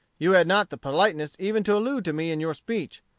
you had not the politeness even to allude to me in your speech.